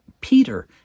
Peter